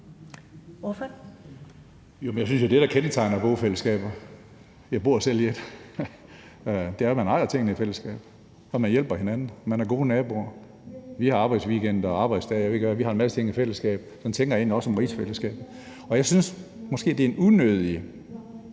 (SF): Jamen jeg synes jo, at det, der kendetegner bofællesskaber – jeg bor selv i et – er, at man ejer tingene i fællesskab, man hjælper hinanden og man er gode naboer. Vi har arbejdsweekender, arbejdsdage, og jeg ved ikke hvad. Vi har en masse ting, vi gør i fællesskab. Sådan tænker jeg egentlig også om rigsfællesskabet. Og jeg synes måske, det er en unødig